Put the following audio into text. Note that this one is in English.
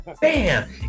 Bam